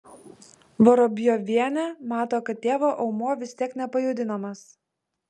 vorobjovienė mato kad tėvo aumuo vis tiek nepajudinamas